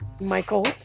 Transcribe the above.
Michael